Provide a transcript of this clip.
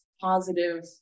positive